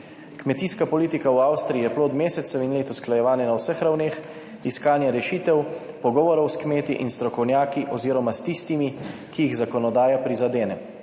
Kmetijska politika v Avstriji je plod mesecev in let usklajevanja na vseh ravneh, iskanja rešitev, pogovorov s kmeti in strokovnjaki oziroma s tistimi, ki jih zakonodaja prizadene.